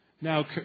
Now